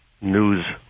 news